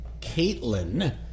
Caitlin